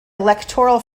electoral